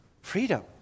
freedom